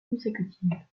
consécutive